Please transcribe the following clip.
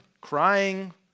crying